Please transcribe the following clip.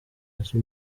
hasi